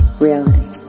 Reality